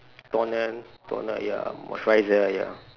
toner toner ya moisturiser ya